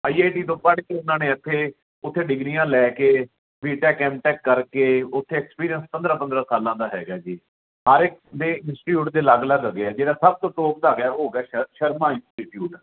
I I T ਤੋਂ ਪੜ੍ਹ ਕੇ ਉਹਨਾਂ ਨੇ ਇੱਥੇ ਉਥੇ ਡਿਗਰੀਆਂ ਲੈ ਕੇ ਬੀ ਟੈਕ ਐਮ ਟੈਕ ਕਰਕੇ ਉੱਥੇ ਐਕਸਪੀਰੀਅੰਸ ਪੰਦਰਾਂ ਪੰਦਰਾਂ ਸਾਲਾਂ ਦਾ ਹੈਗਾ ਜੀ ਹਰ ਇੱਕ ਦੇ ਇੰਸਟੀਟਿਊਟ ਦੇ ਅਲੱਗ ਅਲੱਗ ਹੈਗੇ ਆ ਜਿਹੜਾ ਸਭ ਤੋਂ ਟੋਪ ਦਾ ਹੈਗਾ ਉਹ ਹੈਗਾ ਸ਼ਰਮਾ ਇੰਸਟੀਟਿਊਟ